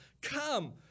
come